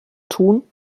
tun